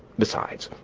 besides,